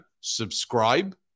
Subscribe